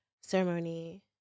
ceremony